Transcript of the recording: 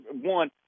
one